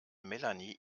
melanie